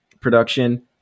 production